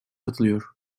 katılıyor